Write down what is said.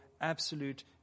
absolute